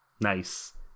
Nice